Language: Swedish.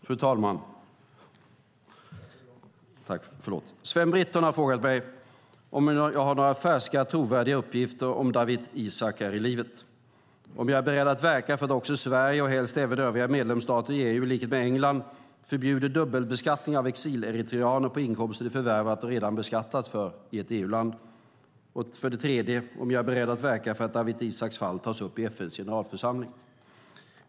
Herr talman! Sven Britton har frågat mig om jag har några färska, trovärdiga uppgifter om att Dawit Isaak är i livet, om jag är beredd att verka för att också Sverige och helst även övriga medlemsstater i EU i likhet med England förbjuder dubbelbeskattningen av exileritreaner på inkomster de förvärvat och redan beskattats för i ett EU-land och om jag är beredd att verka för att Dawit Isaaks fall tas upp i FN:s generalförsamling.